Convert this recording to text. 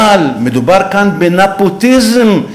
אבל מדובר כאן בנפוטיזם,